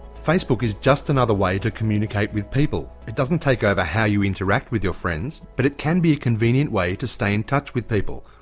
facebook is just another way to communicate with people. it doesn't take over how you interact with your friends, but it can be a convenient way to stay in touch with people.